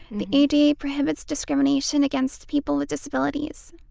the ada prohibits discrimination against people with disabilities.